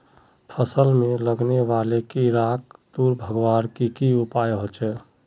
फसल में लगने वाले कीड़ा क दूर भगवार की की उपाय होचे?